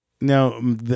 Now